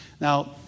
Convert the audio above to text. Now